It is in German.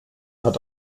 hat